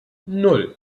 nan